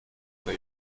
der